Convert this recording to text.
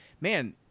man